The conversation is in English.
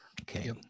Okay